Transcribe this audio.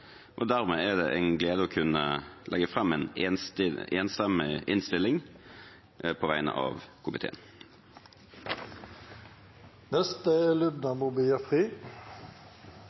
Dermed er det en glede å kunne legge fram en enstemmig innstilling på vegne av komiteen.